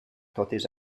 totes